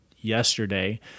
yesterday